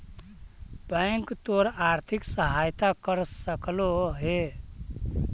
bank तोर आर्थिक सहायता कर सकलो हे